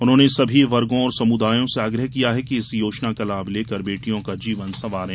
उन्होंने सभी वर्गों और समुदायों से आग्रह किया कि इस योजना का लाभ लेकर बेटियों का जीवन सँवारें